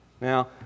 Now